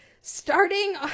starting